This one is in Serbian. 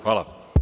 Hvala.